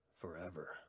forever